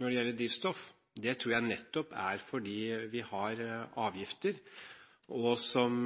når det gjelder drivstoff? Det tror jeg nettopp er at vi har avgifter som